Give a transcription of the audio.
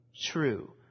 true